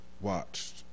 watched